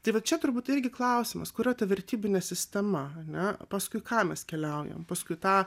tai vat čia turbūt irgi klausimas kurio ta vertybinė sistema ane paskui ką mes keliaujam paskui tą